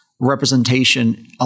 representation